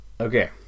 Okay